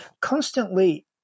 constantly